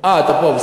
אני פה.